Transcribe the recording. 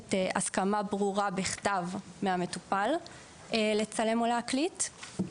נדרשת הסכמה ברורה בכתב מהמטופל לצלם או להקליט,